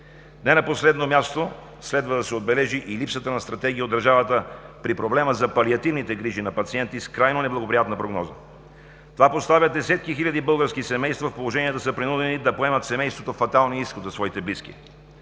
Не на последно място, следва да се отбележи и липсата на стратегия от държавата при проблема за палиативните грижи на пациенти с крайно неблагоприятна прогноза. Това поставя десетки хиляди български семейства в положение да са принудени да поемат в семейството фаталния изход за своите близки.